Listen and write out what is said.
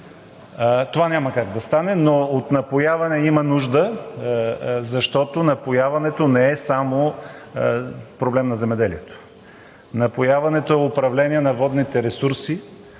Това няма как да стане, но от напояване има нужда, защото напояването не е само проблем на земеделието. Напояването е управление на водните ресурси,